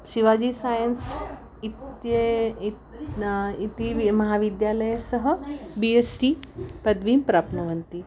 Shivaji science इत्येतत् इति इति वि महाविद्यालये सः बि एस् टि पदवीं प्राप्नुवन्ति